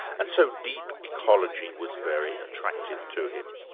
and so deep ecology was very attractive to him.